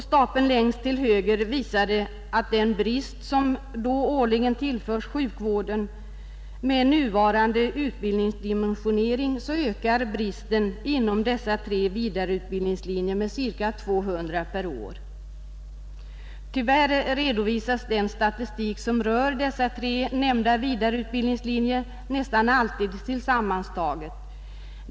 Stapeln längst till höger visar till sist årlig brist inom sjukvården på sjuksköterskor med denna utbildning. Med nuvarande utbildningsdimensionering ökar således bristen inom dessa tre vidareutbildningslinjer med ca 200 per år. Tyvärr redovisas den statistik som rör dessa tre vidareutbildningslinjer nästan alltid tillsammantagen.